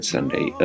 Sunday